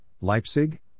Leipzig